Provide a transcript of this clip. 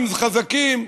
אם חזקים,